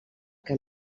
que